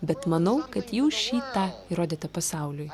bet manau kad jau šį tą įrodėtė pasauliui